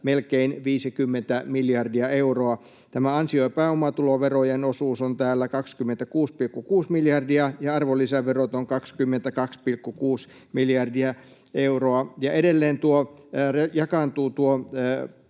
melkein 50 miljardia euroa. Tämä ansio- ja pääomatuloverojen osuus on täällä 26,6 miljardia ja arvonlisäverot ovat 22,6 miljardia euroa. Ja edelleen tuo